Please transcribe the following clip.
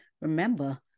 Remember